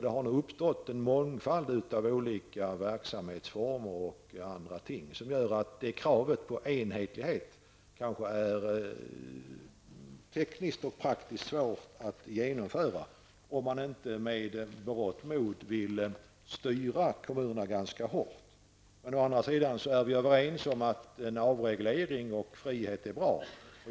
Det har uppstått en mångfald av olika verksamhetsformer och andra ting som gör att kravet på enhetlighet kanske är ett tekniskt och praktiskt svårt att genomföra om man inte med berått mod vill styra kommunerna ganska hårt. Men å andra sidan är vi överens om att avreglering och frihet är bra.